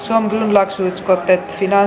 shamsin sisko ei pidä